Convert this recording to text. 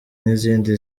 nk’izindi